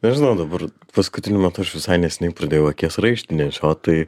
nežinau dabar paskutiniu metu aš visai neseniai pradėjau akies raištį nešiot tai